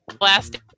last